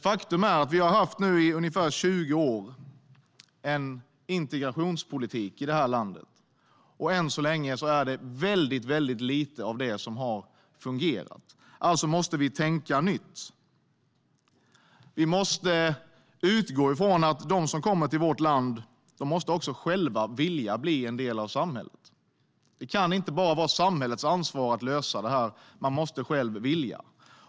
Faktum är att vi nu i ungefär 20 år har haft en integrationspolitik i det här landet. Än så länge har väldigt lite av det fungerat. Alltså måste vi tänka nytt. Vi måste utgå från att de som kommer till vårt land också själva måste vilja bli en del av samhället. Det kan inte bara vara samhällets ansvar att lösa det här, utan man måste själv vilja.